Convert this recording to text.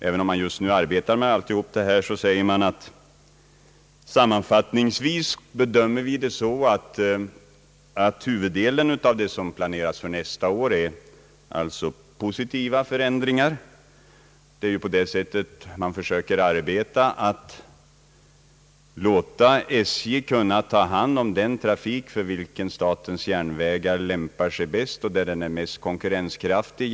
Även om man just nu arbetar med allt detta, säger man att man sammanfattningsvis bedömer det så att huvuddelen av vad som planeras för nästa år är positiva förändringar. Man försöker ju arbeta på det sättet att man låter SJ ta hand om den trafik, för vilken SJ lämpar sig bäst och är mest konkurrenskraftigt.